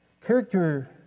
Character